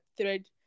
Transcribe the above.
thread